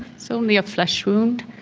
it's only a flesh wound.